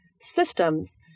systems